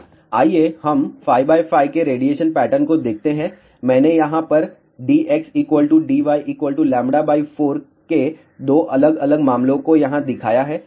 तो आइए हम 5 x 5 के रेडिएशन पैटर्न को देखते हैं मैंने यहाँ पर dx dy λ 4 के 2 अलग अलग मामलों को यहाँ दिखाया है